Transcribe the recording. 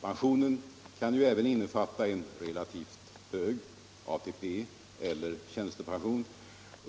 Pensionen kan ju även innefatta en relativt hög ATP eller tjänstepension.